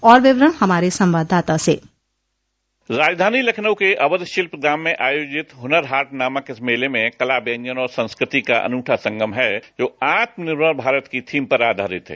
और विवरण हमारे संवाददाता से राजधानी लखनऊ के अवध शिल्पग्राम में आयोजित हुनर हाट नामक इस मेले में कला व्यंजन और संस्कृति का अनूठा संगम है जो आत्मनिर्भर भारत की थीम पर आधारित है